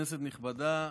כנסת נכבדה,